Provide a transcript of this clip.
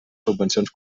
subvencions